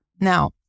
Now